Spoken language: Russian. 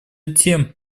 тем